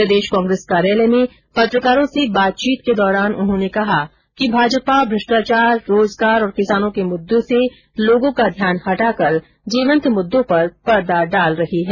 प्रदेश कांग्रेस कार्यालय में पत्रकारों से बातचीत के दौरान उन्होंने कहा कि भाजपा भ्रष्टाचार रोजगार और किसानों के मुददो से लोगों का ध्यान हटाकर जीवन्त मुद्दों पर पर्दा डाल रही है